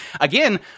Again